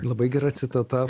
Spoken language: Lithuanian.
labai gera citata